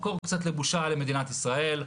מקור קצת לבושה למדינת ישראל.